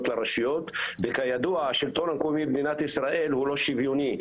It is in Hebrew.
לרשויות וכידוע השילטון המקומי במדינת ישראל הוא לא שוויוני,